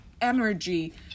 energy